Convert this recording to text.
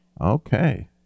Okay